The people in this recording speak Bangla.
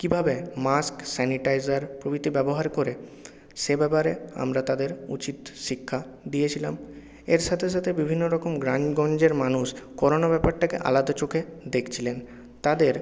কীভাবে মাস্ক স্যানিটাইজার প্রভৃতি ব্যবহার করে সে ব্যাপারে আমরা তাদের উচিত শিক্ষা দিয়েছিলাম এর সাথে সাথে বিভিন্নরকম গ্রামগঞ্জের মানুষ করোনা ব্যাপারটাকে আলাদা চোখে দেখছিলেন তাদের